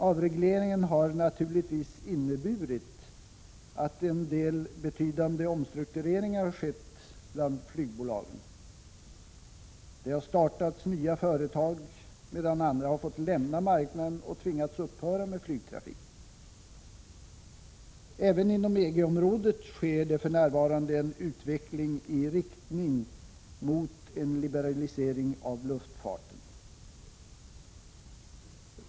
Avregleringen har naturligtvis inneburit att en del betydande omstruktureringar har skett bland flygbolagen. Det har startats nya företag, medan andra har fått lämna marknaden och tvingats upphöra med flygtrafik. Även inom EG-området sker det för närvarande en utveckling i riktning mot en liberalisering av luftfarten.